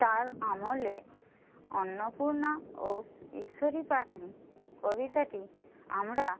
তার আমলে অন্নপূর্ণা ও ঈশ্বরী পাটনি কবিতাটি আমরা